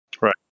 Right